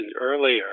earlier